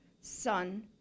Son